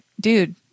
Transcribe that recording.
dude